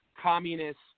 communist